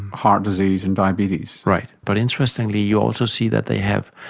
heart disease and diabetes. right, but interestingly you also see that they have,